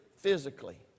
physically